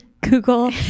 Google